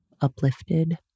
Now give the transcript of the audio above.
uplifted